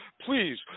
please